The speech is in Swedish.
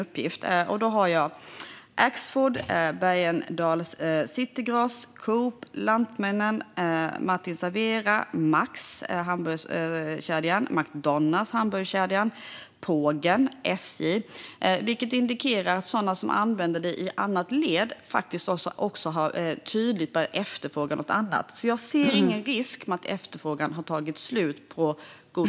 Det är Axfood, Bergendahls Citygross, Coop, Lantmännen, Martin & Servera, hamburgerkedjan Max, hamburgerkedjan McDonalds, Pågen och SJ. Detta indikerar att sådana som använder det i annat led också tydligt har börjat efterfråga något annat. Jag ser därför ingen risk för att efterfrågan på god kvalitet har tagit slut.